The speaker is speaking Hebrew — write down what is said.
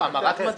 אני אומר לכם שוב,